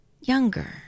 younger